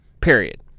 period